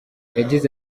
yagize